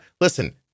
listen